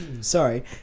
sorry